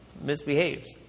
misbehaves